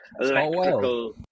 electrical